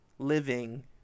Living